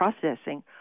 processing